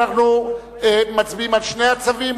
אנחנו מצביעים על שני הצווים,